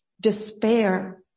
despair